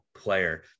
player